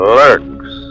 lurks